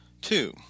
Two